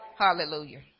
Hallelujah